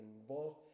involved